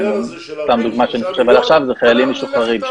סתם דוגמה שאני חושב עכשיו זה חיילים משוחררים,